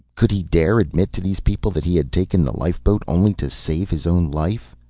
could he dare admit to these people that he had taken the lifeboat only to save his own life?